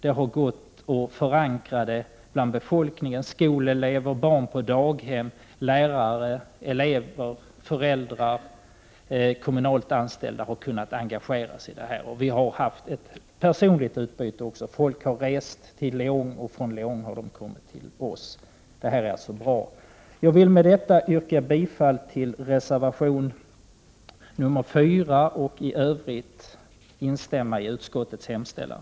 Det har kunnat förankras hos befolkningen: skolelever, barn på daghem, lärare, föräldrar och kommunalt anställda har kunnat engagera sig. Vi har också haft ett personligt utbyte — människor har rest till Leön, och vi har fått besök från Leön. Detta är bra. Jag vill med detta yrka bifall till reservation 4 och i övrigt till utskottets hemställan.